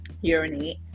urinate